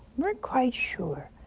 weren't quite sure.